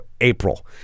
April